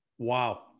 Wow